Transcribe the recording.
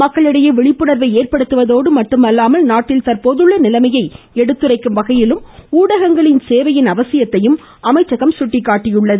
மக்களிடையே விழிப்புண்வை ஏற்படுத்துவதோடு மட்டுமல்லாமல் நாட்டில் தந்போதுள்ள நிலைமையை எடுத்துரைக்கும் வகையிலும் ஊடகங்களின் சேவையின் அவசியத்தையும் அமைச்சகம் சுட்டிக்காட்டியுள்ளது